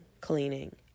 cleaning